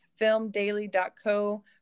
filmdaily.co